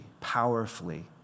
powerfully